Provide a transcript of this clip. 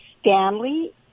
Stanley